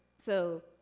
so,